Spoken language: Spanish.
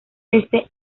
ese